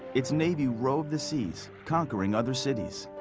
its navy roved the seas conquering other cities.